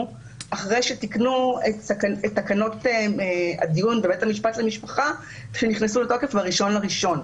אחרי שתיקנו את תקנות הדיון בבית המשפט למשפחה שנכנסו לתוקף ב-1.1.